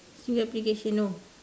single application no